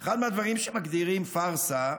הפארסה, אחד מהדברים שמגדירים פארסה